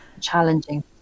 challenging